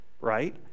right